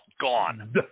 gone